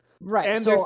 Right